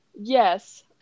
yes